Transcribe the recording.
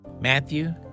Matthew